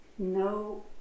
No